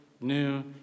new